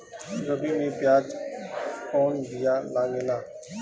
रबी में प्याज के कौन बीया लागेला?